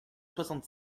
soixante